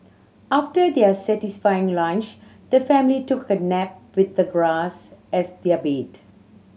after their satisfying lunch the family took a nap with the grass as their bed